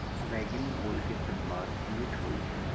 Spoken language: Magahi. बइगनी ओल के सवाद मीठ होइ छइ